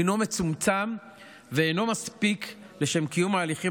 הוא מצומצם ואינו מספיק לשם קיום ההליכים